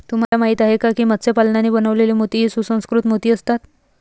तुम्हाला माहिती आहे का की मत्स्य पालनाने बनवलेले मोती हे सुसंस्कृत मोती असतात